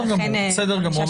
ולכן --- בסדר גמור,